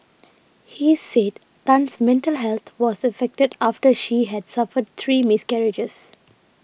he said Tan's mental health was affected after she had suffered three miscarriages